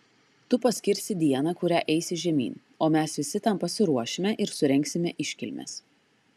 tu paskirsi dieną kurią eisi žemyn o mes visi tam pasiruošime ir surengsime iškilmes